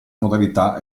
modalità